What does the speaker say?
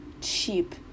cheap